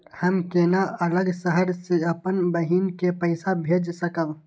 हम केना अलग शहर से अपन बहिन के पैसा भेज सकब?